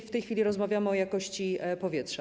W tej chwili rozmawiamy o jakości powietrza.